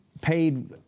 paid